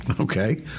Okay